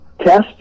test